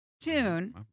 tune